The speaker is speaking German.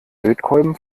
lötkolben